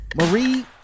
Marie